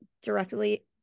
directly